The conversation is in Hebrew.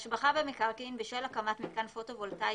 השבחה במקרקעין בשל הקמת מיתקן פוטו וולטאי